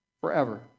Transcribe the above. forever